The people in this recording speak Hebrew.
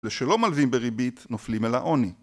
ושלא מלווים בריבית, נופלים אל העוני.